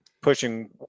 pushing